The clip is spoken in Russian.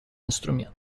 инструмент